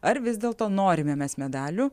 ar vis dėlto norime mes medalių